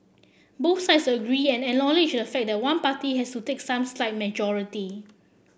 both sides agree and acknowledge the fact that one party has to take some slight majority